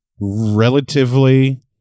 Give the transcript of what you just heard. relatively